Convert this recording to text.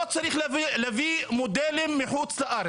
לא צריך להביא מודלים מחו"ל,